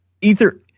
Ether